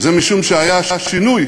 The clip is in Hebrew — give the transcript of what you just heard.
שהיה שינוי